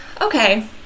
okay